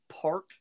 park